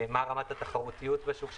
מה רמת התחרותיות בשוק,